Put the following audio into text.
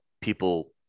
people